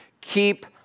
keep